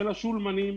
של השולמנים,